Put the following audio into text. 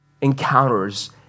encounters